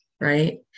Right